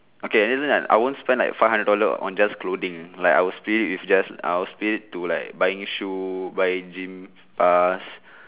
okay isn't that I won't spend like five hundred dollars on just clothings like I will split it with just I will split it to like buying shoe buy gym pass